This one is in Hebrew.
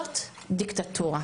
זאת דיקטטורה,